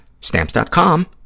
Stamps.com